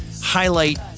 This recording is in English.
highlight